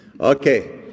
Okay